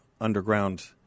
underground